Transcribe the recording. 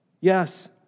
Yes